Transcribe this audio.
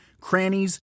crannies